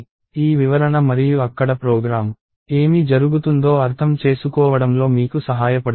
ఈ వివరణ మరియు అక్కడ ప్రోగ్రామ్ ఏమి జరుగుతుందో అర్థం చేసుకోవడంలో మీకు సహాయపడుతుంది